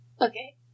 okay